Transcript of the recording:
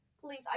Please